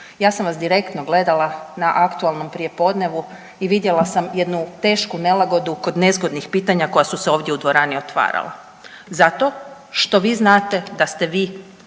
Ja sam vas direktno gledala na aktualnom prijepodnevu i vidjela sam jednu tešku nelagodu kod nezgodnih pitanja koja su se ovdje u dvorani otvarala. Zato što vi znate da ste vi